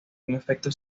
efecto